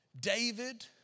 David